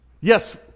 Yes